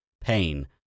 pain